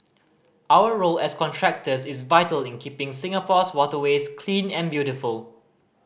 our role as contractors is vital in keeping Singapore's waterways clean and beautiful